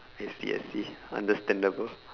I see I see understandable